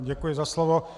Děkuji za slovo.